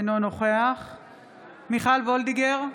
אינו נוכח מיכל וולדיגר,